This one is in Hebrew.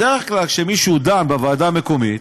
בדרך כלל כשמישהו דן בוועדה מקומית,